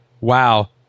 wow